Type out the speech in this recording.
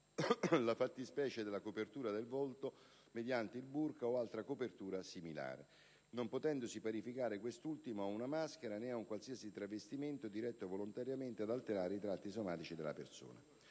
la fattispecie della copertura del volto mediante il *burqa* o altra copertura similare, non potendosi parificare quest'ultimo ad una maschera, né ad un qualsiasi travestimento diretto volontariamente ad alterare i tratti somatici della persona.